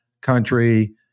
country